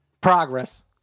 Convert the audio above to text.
progress